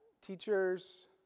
teachers